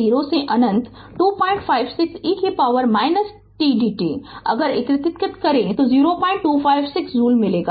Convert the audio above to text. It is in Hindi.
0 से अनंत 256 e की पॉवर 10 t dt अगर एकीकृत हो तो 0256 जूल मिलेगा